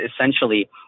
essentially